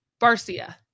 Barcia